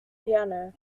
piano